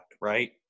right